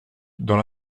dans